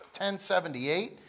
1078